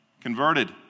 converted